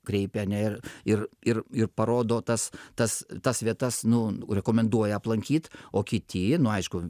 kreipia ane ir ir ir ir parodo tas tas tas vietas nu rekomenduoja aplankyt o kiti nu aišku